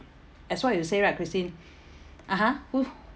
as what you say right christine (uh huh) who